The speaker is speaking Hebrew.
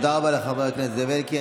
תודה רבה לחבר הכנסת זאב אלקין.